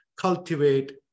cultivate